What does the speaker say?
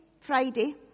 Friday